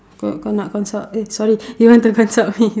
kau nak consult eh sorry you want to consult me